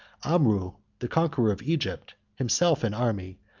amrou, the conqueror of egypt, himself an army,